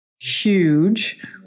huge